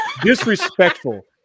Disrespectful